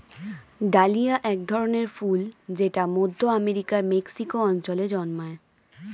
dahlia এক ধরনের ফুল জেট মধ্য আমেরিকার মেক্সিকো অঞ্চলে জন্মায়